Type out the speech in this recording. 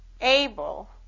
able